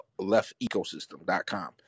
leftecosystem.com